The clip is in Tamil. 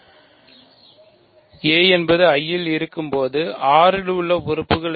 a என்பது I இல் இருக்கும் போது R இல் உள்ள உறுப்புகள் என்ன